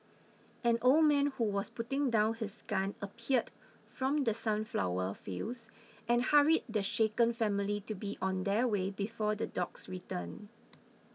an old man who was putting down his gun appeared from the sunflower fields and hurried the shaken family to be on their way before the dogs return